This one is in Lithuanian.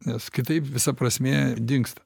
nes kitaip visa prasmė dingsta